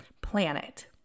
planet